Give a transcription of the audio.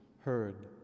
heard